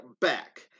back